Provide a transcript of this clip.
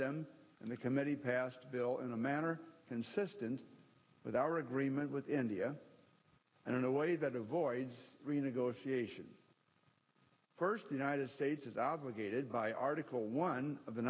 them and the committee passed a bill in a manner consistent with our agreement with india and in a way that avoids renegotiation first the united states is obligated by article one of the